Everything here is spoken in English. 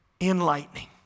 enlightening